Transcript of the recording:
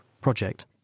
project